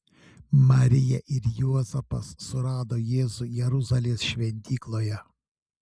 marija ir juozapas surado jėzų jeruzalės šventykloje